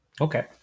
Okay